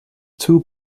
two